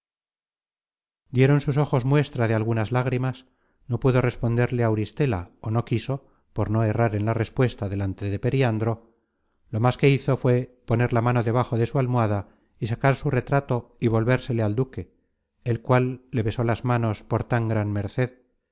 dieron sus ojos muestra de algunas lágrimas no pudo responderle auristela ó no quiso por no errar en la respuesta delante de periandro lo más que hizo fué poner la mano debajo de su almohada y sacar su retrato y volvérsele al duque el cual le besó las manos por tan gran merced